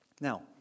Now